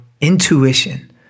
intuition